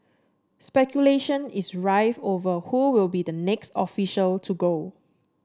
speculation is rife over who will be the next official to go